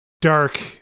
dark